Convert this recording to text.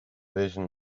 vision